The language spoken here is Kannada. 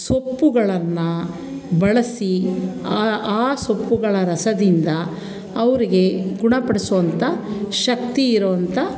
ಸೊಪ್ಪುಗಳನ್ನ ಬಳಸಿ ಆ ಆ ಸೊಪ್ಪುಗಳ ರಸದಿಂದ ಅವರಿಗೆ ಗುಣಪಡಿಸುವಂಥ ಶಕ್ತಿ ಇರುವಂಥ